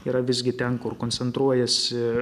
yra visgi ten kur koncentruojasi